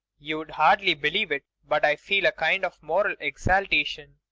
you'd hardly believe it but i feel a kind of moral exaltation,